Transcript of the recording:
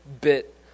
bit